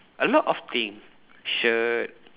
a lot of thing shirt